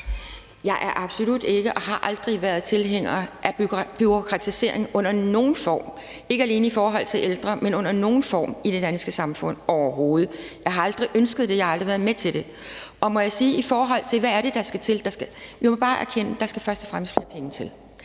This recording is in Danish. Jeg er absolut ikke og har aldrig været tilhænger af bureaukratisering i nogen form, ikke alene i forhold til ældre, men ikke i nogen form i det danske samfund – overhovedet. Jeg har aldrig ønsket det, og jeg har aldrig været med til det. Må jeg sige i forhold til det med, hvad der skal til, at vi bare må erkende, at der først og fremmest skal flere penge til.